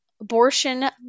abortion